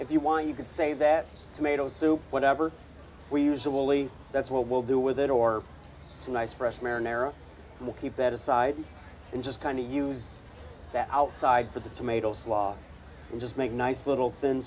if you want you could say that tomato soup whatever we usually that's what we'll do with it or a nice fresh marrow will keep that aside and just kind of use that outside for the tomatoes law and just make nice little thin